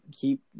keep